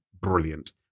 brilliant